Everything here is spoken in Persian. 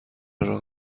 راه